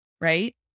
right